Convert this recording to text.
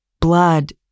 Blood